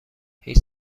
هیچ